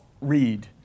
read